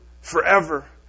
forever